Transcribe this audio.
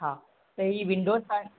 हा त ही विंडोस सां